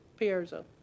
Pierzo